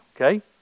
Okay